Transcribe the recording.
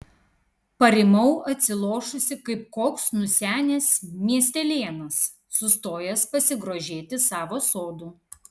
parimau atsilošusi kaip koks nusenęs miestelėnas sustojęs pasigrožėti savo sodu